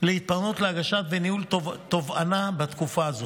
להגשת וניהול תובענה בתקופה זו.